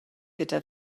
gyda